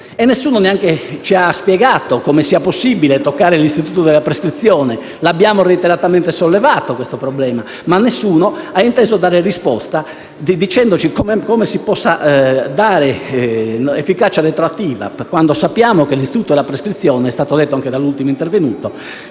Nessuno, inoltre, ci ha spiegato come sia possibile toccare l'istituto della prescrizione. Abbiamo reiteratamente sollevato questo problema, ma nessuno ha inteso dare risposta, dicendoci come si possa dare efficacia retroattiva quando sappiamo che l'istituto della prescrizione - come già detto dall'ultimo intervenuto